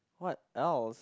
what else